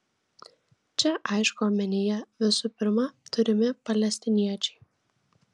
čia aišku omenyje visų pirma turimi palestiniečiai